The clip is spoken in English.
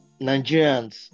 Nigerians